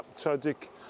tragic